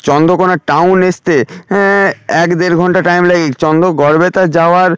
Chandrakona town আসতে হ্যাঁ এক দেড় ঘণ্টা টাইম লাগে চন্দ্র গরবেতা যাওয়ার